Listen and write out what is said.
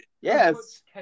Yes